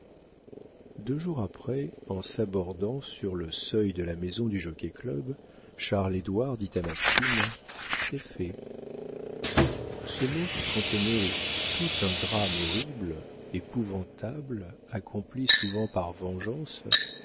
deux jours après en s'abordant sur le seuil de la maison du jockey-club charles édouard dit à maxime c'est fait ce mot qui contenait tout un drame horrible épouvantable accompli souvent par vengeance